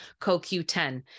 CoQ10